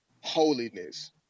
holiness